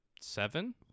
seven